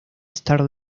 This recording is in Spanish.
star